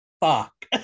fuck